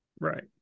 Right